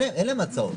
אין להם הצעות.